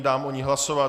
Dám o ní hlasovat.